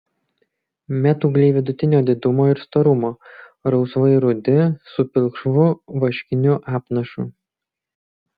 metūgliai vidutinio didumo ir storumo rausvai rudi su pilkšvu vaškiniu apnašu